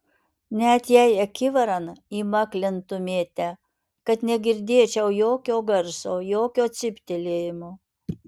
net jei akivaran įmaklintumėte kad negirdėčiau jokio garso jokio cyptelėjimo